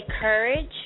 courage